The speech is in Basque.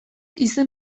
izen